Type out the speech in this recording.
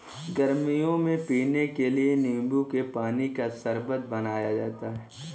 गर्मियों में पीने के लिए नींबू के पानी का शरबत बनाया जाता है